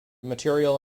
material